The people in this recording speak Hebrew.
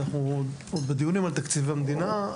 אנחנו עוד בדיונים על תקציבי מדינה,